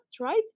right